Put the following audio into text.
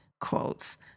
quotes